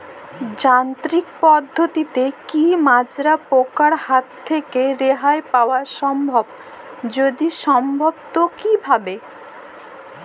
যান্ত্রিক পদ্ধতিতে কী মাজরা পোকার হাত থেকে রেহাই পাওয়া সম্ভব যদি সম্ভব তো কী ভাবে?